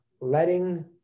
letting